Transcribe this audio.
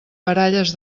baralles